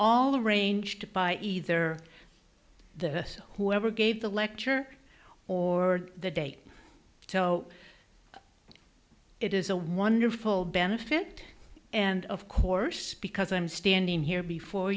all arranged by either the whoever gave the lecture or the date so it is a wonderful benefit and of course because i'm standing here before